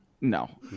No